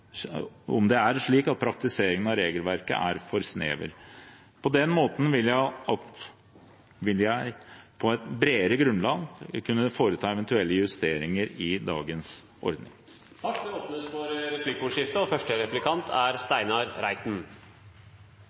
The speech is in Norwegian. at praktiseringen av regelverket er for snever. På den måten vil jeg på et bredere grunnlag kunne foreta eventuelle justeringer i dagens ordning. Det blir replikkordskifte.